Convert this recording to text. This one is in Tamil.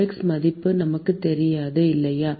qx மதிப்பு நமக்குத் தெரியாது இல்லையா